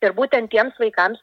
ir būtent tiems vaikams